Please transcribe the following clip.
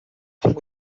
punk